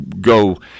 go